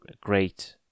great